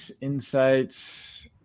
insights